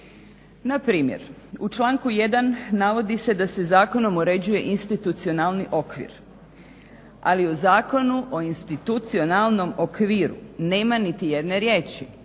Npr. u članku 1. navodi se da se zakonom uređuje institucionalni okvir, ali u Zakonu o institucionalnom okviru nema niti jedne riječi.